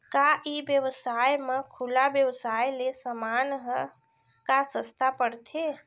का ई व्यवसाय म खुला व्यवसाय ले समान ह का सस्ता पढ़थे?